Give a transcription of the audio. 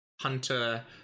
hunter